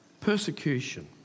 Persecution